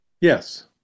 yes